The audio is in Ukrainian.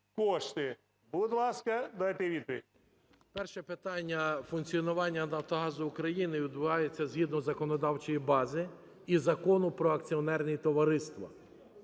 Перше питання. Функціонування "Нафтогазу України" відбувається згідно законодавчої бази і Закону "Про акціонерні товариства".